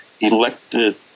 elected